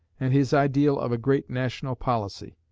and his ideal of a great national policy.